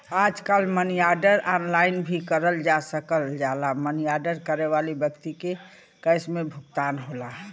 आजकल money order online भी करल जा सकल जाला मनी आर्डर करे वाले व्यक्ति के कैश में भुगतान होला